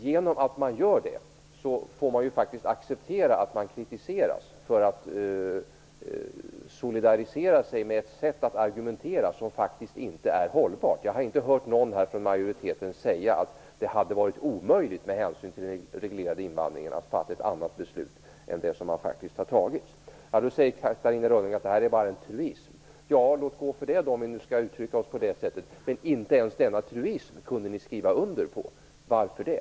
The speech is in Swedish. Genom att man gör det får man acceptera att man kritiseras för att solidarisera sig med ett sätt att argumentera som faktiskt inte är hållbart. Jag har inte hört någon från majoriteten säga att det hade varit omöjligt med hänsyn till den reglerade invandringen att fatta ett annat beslut än det man faktiskt har fattat. Då säger Catarina Rönnung att det här bara är en truism. Låt gå för det, om vi nu skall uttrycka det på det sättet, men inte ens denna truism kunde ni skriva under på. Varför det?